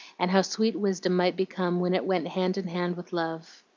and how sweet wisdom might become when it went hand in hand with love.